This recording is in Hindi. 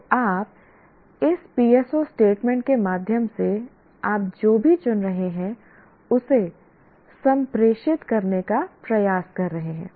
तो आप इस PSO स्टेटमेंट के माध्यम से आप जो भी चुन रहे हैं उसे संप्रेषित करने का प्रयास कर रहे हैं